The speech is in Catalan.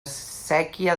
séquia